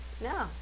No